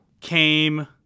Came